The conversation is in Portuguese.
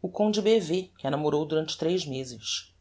o conde b v que a namorou durante tres mezes